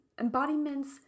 Embodiment's